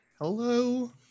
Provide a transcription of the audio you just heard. Hello